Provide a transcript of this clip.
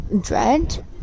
dread